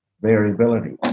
variability